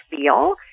feel